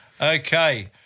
Okay